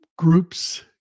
Groups